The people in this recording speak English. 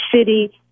city